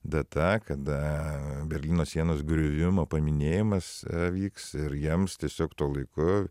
data kada berlyno sienos griuvimo paminėjimas vyks ir jiems tiesiog tuo laiku